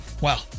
wow